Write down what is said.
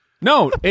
No